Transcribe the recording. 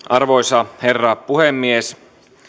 arvoisa herra puhemies